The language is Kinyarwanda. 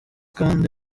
kandi